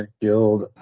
Guild